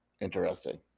interesting